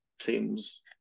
teams